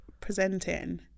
presenting